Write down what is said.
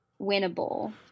winnable